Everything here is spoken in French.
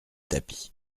tapis